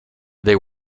they